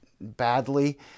badly